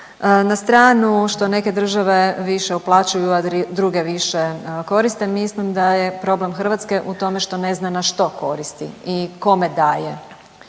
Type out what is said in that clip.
Na stranu što neke države više uplaćuju, a druge više koriste, mislim da je problem Hrvatske u tome što ne zna na što koristi i kome daje